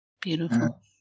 beautiful